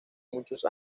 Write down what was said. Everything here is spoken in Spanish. muchos